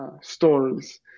stories